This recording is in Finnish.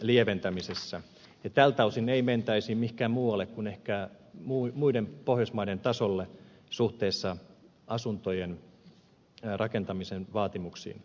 lieventämisessä ja tältä osin ei mentäisi mihinkään muualle kuin ehkä muiden pohjoismaiden tasolle suhteessa asuntojen rakentamisen vaatimuksiin